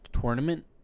tournament